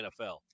NFL